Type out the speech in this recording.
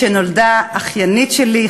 כשנולדה האחיינית שלי,